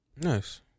Nice